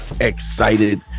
excited